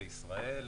בישראל,